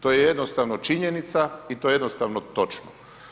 To je jednostavno činjenica i to je jednostavno točno.